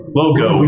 Logo